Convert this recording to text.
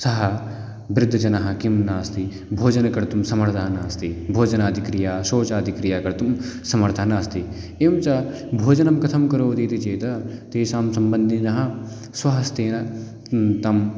सः वृद्धजनः किं नास्ति भोजनं कर्तुं समर्दा नास्ति भोजनादि क्रिया शौचादि क्रिया कर्तुं समर्थः नास्ति एवञ्च भोजनं कथं करोति इति चेत् तेषां सम्बन्धिनः स्वहस्तेन तम्